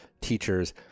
teachers